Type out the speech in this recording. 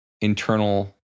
internal